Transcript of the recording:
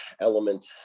element